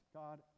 god